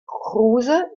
kruse